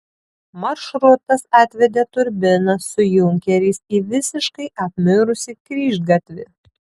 maršrutas atvedė turbiną su junkeriais į visiškai apmirusį kryžgatvį